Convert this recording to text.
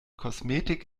kosmetik